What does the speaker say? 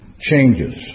changes